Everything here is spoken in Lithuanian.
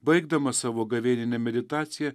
baigdamas savo gavėninę meditaciją